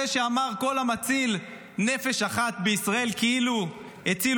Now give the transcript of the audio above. זה שאמר: "כל המציל נפש אחת מישראל כאילו הציל